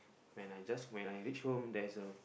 when I just when I reach home there's a